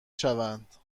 شوند